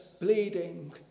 bleeding